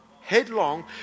Headlong